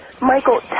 Michael